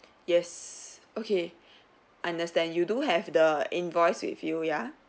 yes okay understand you do have the invoice with you ya